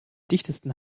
dichtesten